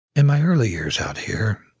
in my early years out here,